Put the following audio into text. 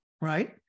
right